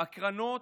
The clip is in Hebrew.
הקרנות,